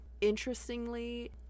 interestingly